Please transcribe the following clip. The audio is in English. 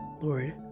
Lord